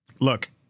look